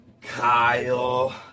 Kyle